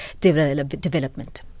Development